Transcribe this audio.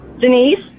Denise